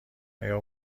آیا